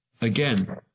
again